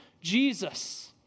Jesus